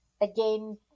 again